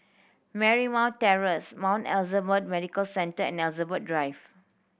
Marymount Terrace Mount Elizabeth Medical Centre and Elizabeth Drive